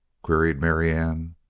queried marianne.